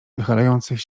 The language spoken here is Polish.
wychylających